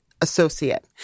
associate